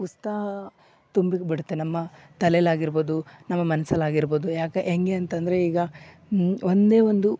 ಉತ್ಸಾಹ ತುಂಬಿ ಬಿಡುತ್ತೆ ನಮ್ಮ ತಲೆಲಿ ಆಗಿರ್ಬೋದು ನಮ್ಮ ಮನ್ಸಲ್ಲಿ ಆಗಿರ್ಬೋದು ಯಾಕೆ ಹೇಗೆ ಅಂತಂದರೆ ಈಗ ಒಂದೇ ಒಂದು